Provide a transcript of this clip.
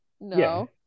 no